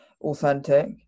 authentic